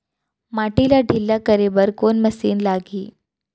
माटी ला ढिल्ला करे बर कोन मशीन लागही?